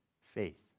Faith